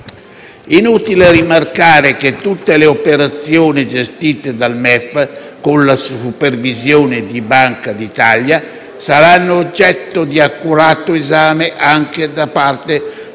Inutile rimarcare che tutte le operazioni gestite dal MEF, con la supervisione di Banca d'Italia, saranno oggetto di accurato esame anche da parte della